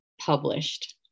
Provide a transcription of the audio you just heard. published